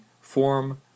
form